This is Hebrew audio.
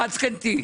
שמחת זקנתי.